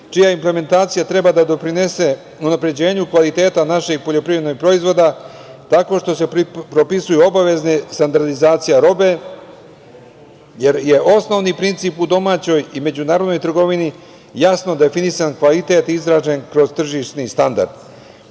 čija implementacija treba da doprinese unapređenju kvaliteta naših poljoprivrednih proizvoda tako što se propisuju obavezna standardizacija robe, jer je osnovni princip u domaćoj i međunarodnoj trgovini jasno definisan kvalitet izražen kroz tržišni